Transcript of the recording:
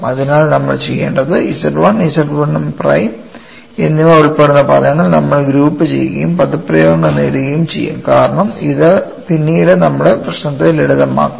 അതിനാൽ നമ്മൾ ചെയ്യേണ്ടത് Z 1 Z 1 പ്രൈം എന്നിവ ഉൾപ്പെടുന്ന പദങ്ങൾ നമ്മൾ ഗ്രൂപ്പുചെയ്യുകയും പദപ്രയോഗങ്ങൾ നേടുകയും ചെയ്യും കാരണം ഇത് പിന്നീട് നമ്മുടെ പ്രശ്നത്തെ ലളിതമാക്കും